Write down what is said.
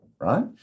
right